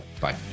Bye